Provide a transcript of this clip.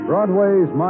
Broadway's